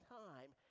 time